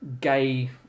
gay